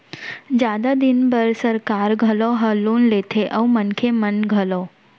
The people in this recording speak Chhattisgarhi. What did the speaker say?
जादा दिन बर सरकार घलौ ह लोन लेथे अउ मनखे मन घलौ